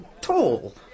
tall